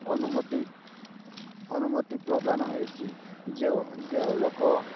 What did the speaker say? ଅନୁମତି ଅନୁମତି ପ୍ରଦାନ ହେଇଛି ଯେଉଁ ଯେଉଁ ଲୋକ